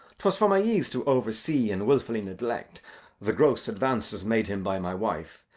twas for my ease to oversee and wilfully neglect the gross advances made him by my wife,